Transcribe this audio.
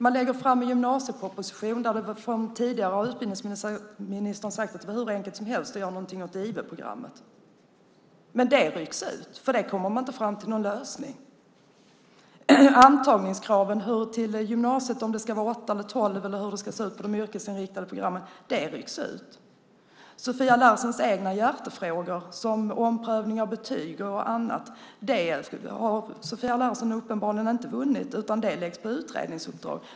Man lägger fram en gymnasieproposition där utbildningsministern tidigare sagt att det var hur enkelt som helst att göra någonting åt IV-programmet. Men det rycks ut, för man kommer inte fram till någon lösning. Antagningskraven till gymnasiet, om det ska vara åtta eller tolv eller hur det ska se ut på de yrkesinriktade programmen, rycks ut. Sofia Larsens egna hjärtefrågor som omprövning av betyg och annat har hon uppenbarligen inte vunnit, utan det läggs på utredningsuppdrag.